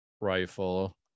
rifle